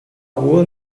rua